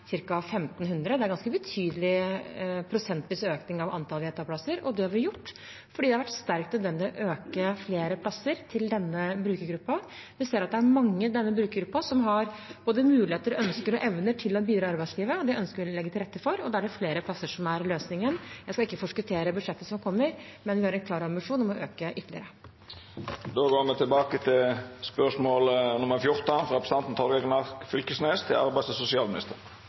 Det er en ganske betydelig prosentvis økning av antall VTA-plasser. Dette har vi gjort fordi det har vært sterkt nødvendig å øke antallet plasser til denne brukergruppen. Vi ser at det er mange i denne brukergruppen som har både muligheter, ønsker og evner til å bidra i arbeidslivet, og det ønsker vi å legge til rette for. Da er det flere plasser som er løsningen. Jeg skal ikke forskuttere budsjettet som kommer, men vi har en klar ambisjon om å øke antallet ytterligere. Då går me tilbake til spørsmål 14.